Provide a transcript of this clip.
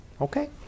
Okay